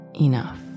enough